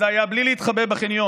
אז זה היה בלי להתחבא בחניון,